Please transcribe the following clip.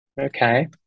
Okay